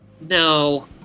No